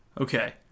Okay